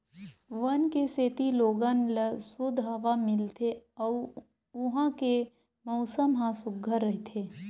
वन के सेती लोगन ल सुद्ध हवा मिलथे अउ उहां के मउसम ह सुग्घर रहिथे